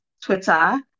twitter